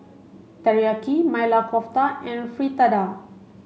Teriyaki Maili Kofta and Fritada